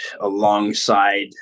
alongside